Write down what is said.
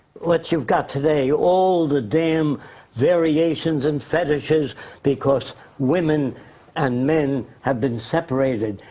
what you've got today. all the damn variations and fetishes because women and men have been separated.